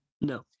No